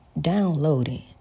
downloading